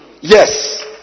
Yes